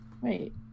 Wait